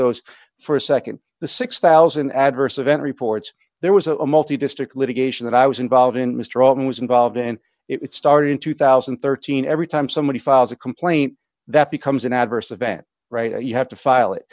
those for a nd the six thousand adverse event reports there was a multi district litigation that i was involved in mr altman was involved in it started in two thousand and thirteen every time somebody files a complaint that becomes an adverse event right you have to file it